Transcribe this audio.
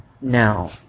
Now